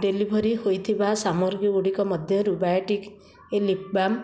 deliver ହୋଇଥିବା ସାମଗ୍ରୀ ଗୁଡ଼ିକ ମଧ୍ୟରୁ ବାୟୋଟିକ୍ ଲିପ୍ବାମ୍